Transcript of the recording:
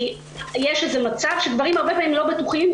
יש מצב שגברים הרבה פעמים לא בטוחים,